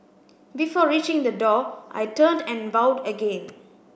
before reaching the door I turned and bowed again